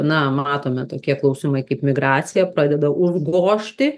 na matome tokie klausimai kaip migracija pradeda užgožti